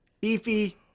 beefy